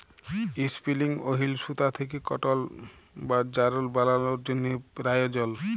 ইসপিলিং ওহিল সুতা থ্যাকে কটল বা যারল বালালোর জ্যনহে পেরায়জল